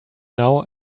now